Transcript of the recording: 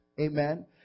amen